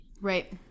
right